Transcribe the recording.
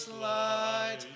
light